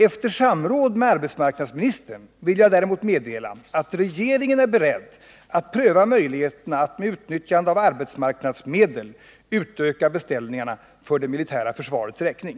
Efter samråd med arbetsmarknadsministern vill jag däremot meddela att regeringen är beredd att pröva möjligheterna att med utnyttjande av arbetsmarknadsmedel utöka beställningarna för det militära försvarets räkning.